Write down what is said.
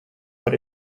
but